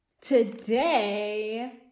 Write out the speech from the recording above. Today